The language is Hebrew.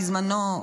בזמנו,